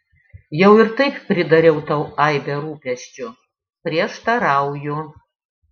jau ir taip pridariau tau aibę rūpesčių prieštarauju